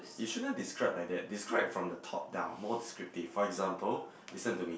you shouldn't describe like that describe from the top down more descriptive for example listen to me